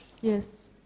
Yes